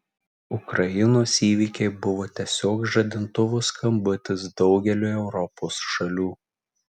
ukrainos įvykiai buvo tiesiog žadintuvo skambutis daugeliui europos šalių